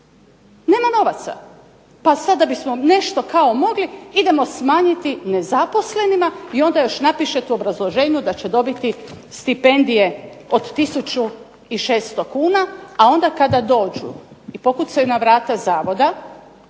nema novaca, pa sada bismo nešto mogli, idemo smanjiti nezaposlenima i onda još napišete u obrazloženju da će dobiti stipendije od 1600 kuna, a onda kada dođu i pokucaju na vrata Zavoda